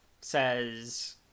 says